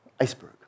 iceberg